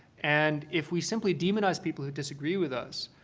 and if we simply demonize people who disagreed with us,